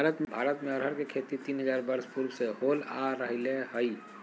भारत में अरहर के खेती तीन हजार वर्ष पूर्व से होल आ रहले हइ